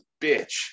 bitch